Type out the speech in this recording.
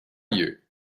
you